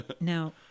Now